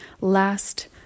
last